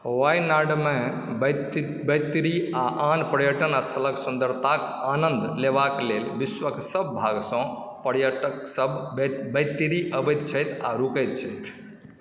वायनाडमे वैत्तिरी आ आन पर्यटन स्थलक सुन्दरताक आनन्द लेबाक लेल विश्वक सभ भागसँ पर्यटकसभ वैत्तिरी अबैत छथि आ रुकैत छथि